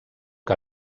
que